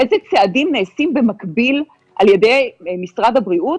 איזה צעדים נעשים במקביל על-ידי משרד הבריאות,